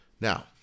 now